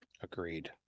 Agreed